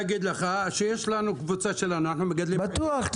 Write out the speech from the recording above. להגיד לך שיש לנו קבוצה שלנו המגדלים וצחי בן עיון מייצג --- בטוח,